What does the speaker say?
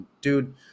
dude